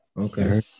Okay